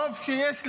ברוב שיש לה,